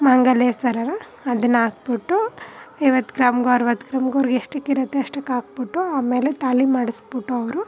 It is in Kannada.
ಮಾಂಗಲ್ಯ ಸರನ ಅದನ್ನ ಹಾಕ್ಬಿಟ್ಟು ಐವತ್ತು ಗ್ರಾಮಿಗೊ ಅರವತ್ತು ಗ್ರಾಮಿಗೋ ಅವ್ರಿಗೆ ಎಷ್ಟಕ್ಕಿರುತ್ತೆ ಅಷ್ಟಕ್ಕೆ ಹಾಕ್ಬಿಟ್ಟು ಆಮೇಲೆ ತಾಳಿ ಮಾಡಿಸ್ಬಿಟ್ಟು ಅವರು